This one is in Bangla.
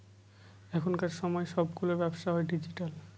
এখনকার সময় সবগুলো ব্যবসা হয় ডিজিটাল